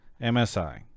MSI